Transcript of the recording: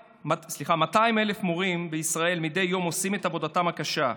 200,000 מורים בישראל עושים מדי יום את עבודתם הקשה,